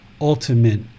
ultimate